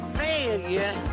failure